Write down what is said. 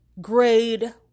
grade